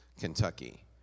Kentucky